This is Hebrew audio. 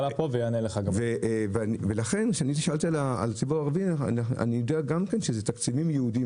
אני יודע שזה גם כן תקציבים ייעודיים